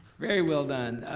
very well done,